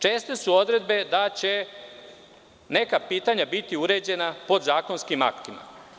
Česte su odredbe da će neka pitanja biti uređena podzakonskim aktima.